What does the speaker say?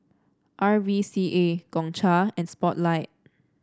R V C A Gongcha and Spotlight